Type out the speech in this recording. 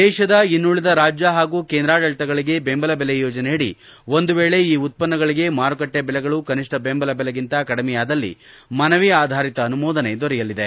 ದೇಶದ ಇನ್ನುಳಿದ ರಾಜ್ಯ ಹಾಗೂ ಕೇಂದ್ರಾಡಳಿತಗಳಿಗೆ ಬೆಂಬಲ ಬೆಲೆ ಯೋಜನೆಯಡಿ ಒಂದು ವೇಳೆ ಈ ಉತ್ತನ್ನಗಳಿಗೆ ಮಾರುಕಟ್ಟೆ ಬೆಲೆಗಳು ಕನಿಷ್ಠ ಬೆಂಬಲ ಬೆಲೆಗಿಂತ ಕಡಿಮೆಯಾದಲ್ಲಿ ಮನವಿ ಆಧರಿತ ಅನುಮೋದನೆ ದೊರೆಯಲಿದೆ